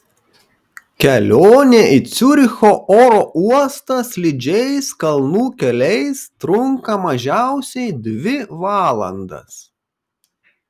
kelionė į ciuricho oro uostą slidžiais kalnų keliais trunka mažiausiai dvi valandas